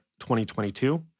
2022